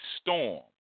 storm